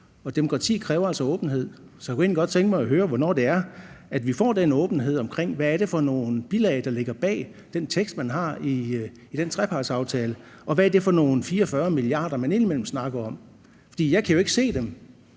demokrati kræver altså åbenhed. Så jeg kunne egentlig godt tænke mig at høre, hvornår vi får den åbenhed om, hvad det er for nogle bilag, der ligger bag den tekst, man har i den trepartsaftale, og hvad det er for nogle 44 mia. kr., man indimellem snakker om. Jeg kan ikke jo se dem,